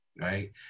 Right